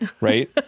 right